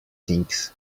things